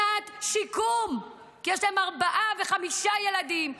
שנת שיקום, כי יש להן ארבעה וחמישה ילדים.